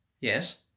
Yes